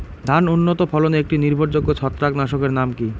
ধান উন্নত ফলনে একটি নির্ভরযোগ্য ছত্রাকনাশক এর নাম কি?